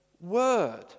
word